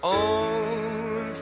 own